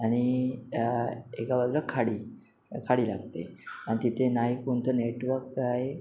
आणि एका बाजूला खाडी खाडी लागते आणि तिथे ना ही कोणतं नेटवर्क आहे